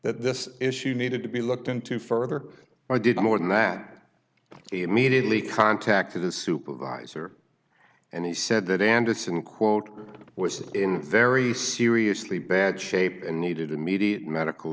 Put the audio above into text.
that this issue needed to be looked into further i did more than that he immediately contacted the supervisor and he said that anderson quote was in very seriously bad shape and needed immediate medical